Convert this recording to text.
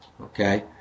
Okay